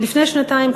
לפני שנתיים,